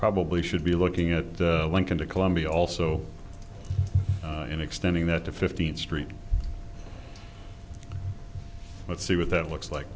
probably should be looking at the lincoln to columbia also in extending that to fifteenth street let's see what that looks like